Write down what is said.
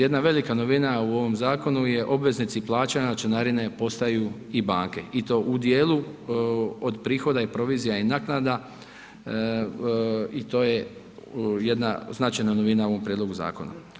Jedna velika novina u ovom zakonu je, obveznici plaćanja članarine postaju i banke i to u dijelu od prihoda i provizija i naknada i to je jedna značajna novina u ovom prijedlogu zakona.